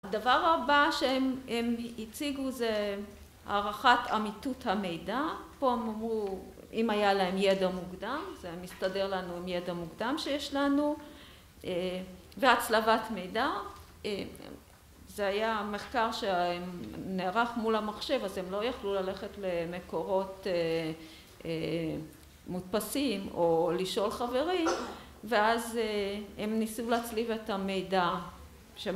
הדבר הבא שהם הציגו זה הערכת אמיתות המידע, פה אמרו אם היה להם ידע מוקדם, זה מסתדר לנו עם ידע מוקדם שיש לנו, והצלבת מידע. זה היה מחקר שנערך מול המחשב, אז הם לא יכלו ללכת למקורות מודפסים או לשאול חברים, ואז הם ניסו להצליב את המידע ש...